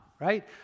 right